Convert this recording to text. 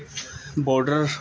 border